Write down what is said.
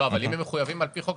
אבל אם הם מחויבים על פי חוק,